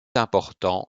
important